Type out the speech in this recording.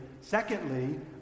secondly